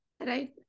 right